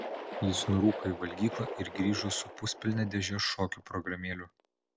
jis nurūko į valgyklą ir grįžo su puspilne dėže šokių programėlių